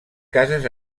cases